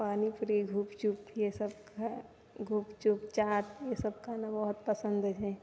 पानी पुरी गुपचुप ई सब खाना गुपचुप चाट ई सब खाना बहुत पसन्द है